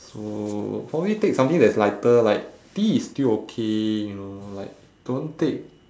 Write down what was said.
so probably take something that is lighter like tea is still okay you know like don't take